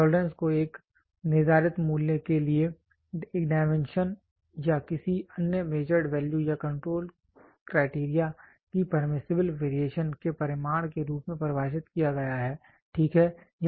tolerance को एक निर्धारित मूल्य के लिए एक डायमेंशन या किसी अन्य मेजरड वैल्यू या कंट्रोल क्राइटेरिया की परमीसिबल वेरिएशन के परिमाण के रूप में परिभाषित किया गया है ठीक है